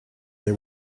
they